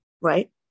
Right